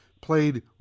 played